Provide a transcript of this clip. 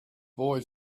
boy